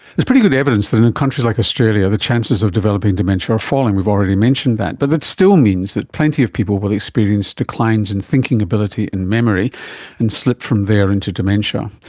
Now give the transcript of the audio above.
is pretty good evidence that in in countries like australia the chances of developing dementia are falling, we've already mentioned that. but that still means that plenty of people will experience declines in thinking ability and memory and slip from there into dementia.